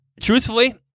truthfully